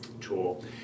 tool